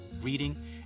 reading